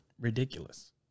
ridiculous